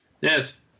Yes